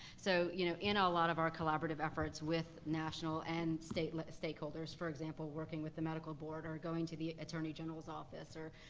so you know in a lot of our collaborative efforts with national and state stakeholders, for example, working with the medical board, or going to the attorney general's office, or